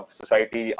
society